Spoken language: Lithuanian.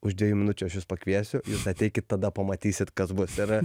už dviejų minučių aš jus pakviesiu jūs ateikit tada pamatysit kas bus ir